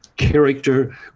character